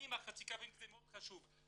אני מחאתי כפיים, זה מאוד חשוב.